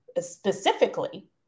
specifically